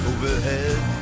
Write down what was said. Overhead